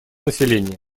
населения